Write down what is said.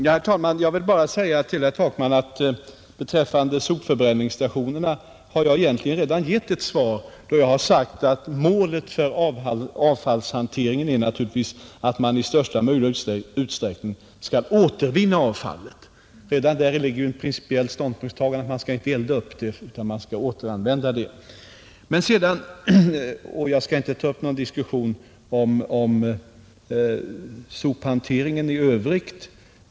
Herr talman! Jag vill bara säga till herr Takman att när det gäller sopförbränningsstationerna har jag egentligen redan givit ett svar, eftersom jag har sagt att målet för avfallshanteringen naturligtvis är att vi i största möjliga utsträckning skall återvinna avfallet. Redan därav framgår ju det principiella ståndpunktstagandet att man inte skall elda upp avfallet utan återanvända det. Jag skall inte ta upp någon diskussion om sophanteringen i övrigt.